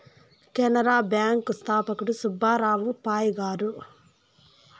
Canara bank స్థాపకుడు సుబ్బారావు పాయ్ గారు